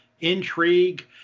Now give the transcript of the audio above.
intrigue